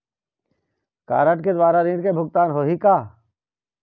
Card के द्वारा ऋण के भुगतान होही का?